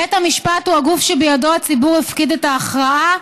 בית המשפט הוא הגוף שבידו הציבור הפקיד את ההכרעה,